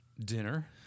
dinner